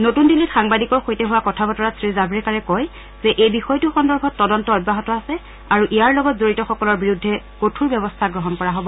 নতুন দিল্লীত সাংবাদিকৰ সৈতে হোৱা কথা বতৰাত শ্ৰীজাভেকাৰে কয় যে এই বিষয়টো সন্দৰ্ভত তদন্ত অব্যাহত আছে আৰু ইয়াৰ লগত জড়িতসকলৰ বিৰুদ্ধে কঠোৰ ব্যৱস্থা গ্ৰহণ কৰা হ'ব